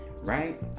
Right